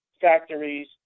Factories